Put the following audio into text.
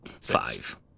Five